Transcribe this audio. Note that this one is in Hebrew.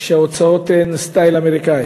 שההוצאות עליהן הן סטייל אמריקני: